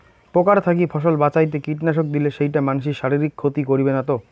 পোকার থাকি ফসল বাঁচাইতে কীটনাশক দিলে সেইটা মানসির শারীরিক ক্ষতি করিবে না তো?